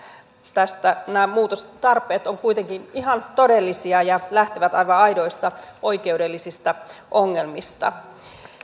tästä nämä muutostarpeet ovat kuitenkin ihan todellisia ja lähtevät aivan aidoista oikeudellisista ongelmista